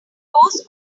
goes